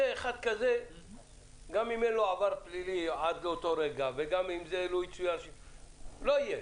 אחד כזה גם אם אין לו עבר פלילי עד אותו רגע לא יהיה.